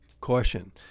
caution